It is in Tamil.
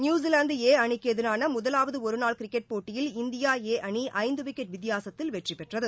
நியூஸிலாந்து ஏ அணிக்கு எதிரான முதலாவது ஒரு நாள் கிரிக்கெட் போட்டியில் இந்தியா ஏ அணி ஐந்து விக்கெட் வித்தியாசத்தில் வெற்றி பெற்றது